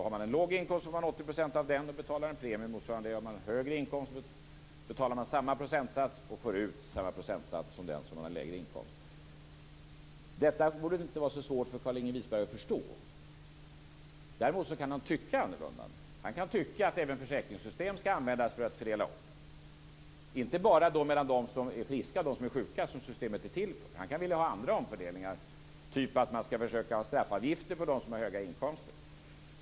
Har man en låg inkomst får man 80 % av den i ersättning och betalar motsvarande premie, har man en hög inkomst betalar man samma procentsats och får ut samma procentsats som den som har lägre inkomst. Detta borde inte vara så svårt för Carlinge Wisberg att förstå. Däremot kan han tycka annorlunda. Han kan tycka att även försäkringssystem skall användas för att fördela om, inte bara mellan friska och sjuka som systemet är till för, utan även till andra omfördelningar, t.ex. straffavgifter för dem med höga inkomster.